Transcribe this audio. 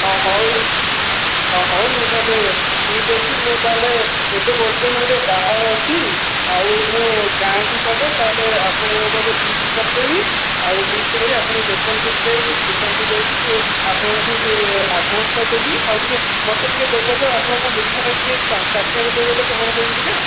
ହଁ ହଉ ହଁ ହଉ ମୁଁ ତାହେଲେ ଠିକ୍ ଅଛି ମୁଁ ତାହେଲେ ଏବେ ବର୍ତ୍ତମାନ ମୁଁ ଟିକେ ବାହାରେ ଅଛି ଆଉ ମୁଁ ଗାଁ କୁ ଗଲେ ତାହେଲେ ଆପଣଙ୍କୁ ମୁଁ ତାହେଲେ ଗୋଟିଏ ଲିଷ୍ଟ କରିଦେବି ଆଉ ଲିଷ୍ଟ କରି ଆପଣ ଙ୍କ ଦୋକାନ ଠି ଯାଇକି ଦୋକାନ ଠି ଯାଇକି ଆପଣଙ୍କ ଠୁ ସେ ଆଡଭାନ୍ସ ଟା ଦେବି ଆଉ ଟିକେ ମୋତେ ଟିକେ ଦେବେ ତ ଆପଣ ଙ୍କ ମିଠା ଟା ଟିକେ ଚାଖିବାକୁ ଦେବେ ତ କଣ କେମିତିକା